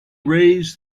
raise